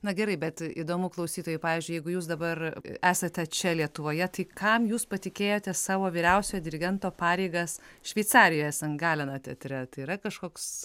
na gerai bet įdomu klausytojui pavyzdžiui jeigu jūs dabar esate čia lietuvoje tai kam jūs patikėjote savo vyriausiojo dirigento pareigas šveicarijoj san galeno teatre tai yra kažkoks